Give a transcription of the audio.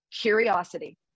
curiosity